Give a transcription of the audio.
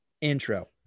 intro